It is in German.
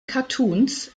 cartoons